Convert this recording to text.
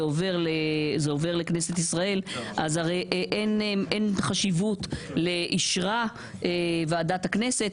עובר לכנסת ישראל אז אין חשיבות ל'אישרה ועדת הכנסת',